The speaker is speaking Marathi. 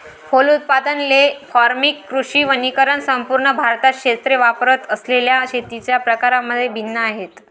फलोत्पादन, ले फार्मिंग, कृषी वनीकरण संपूर्ण भारतात क्षेत्रे वापरत असलेल्या शेतीच्या प्रकारांमध्ये भिन्न आहेत